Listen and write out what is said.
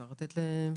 אפשר להעביר למנכ"לית.